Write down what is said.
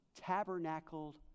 tabernacled